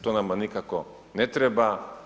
To nama nikako ne treba.